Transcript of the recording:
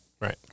right